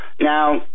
Now